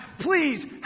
Please